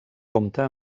compta